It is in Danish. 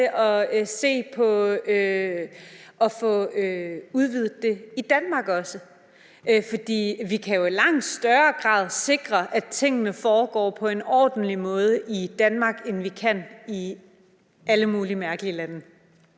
at se på at få udvidet det i Danmark også? For vi kan jo i langt større grad sikre, at tingene foregår på en ordentlig måde i Danmark, end vi kan i alle mulige mærkelige lande.